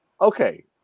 okay